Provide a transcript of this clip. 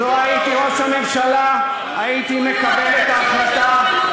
לו הייתי ראש הממשלה הייתי מקבל את ההחלטה